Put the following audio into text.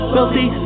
Wealthy